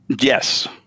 Yes